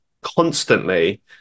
constantly